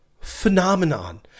phenomenon